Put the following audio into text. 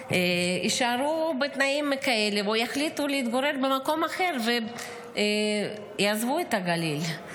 כנראה יישארו בתנאים כאלה או יחליטו להתגורר במקום אחר ויעזבו את הגליל.